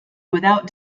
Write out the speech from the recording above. without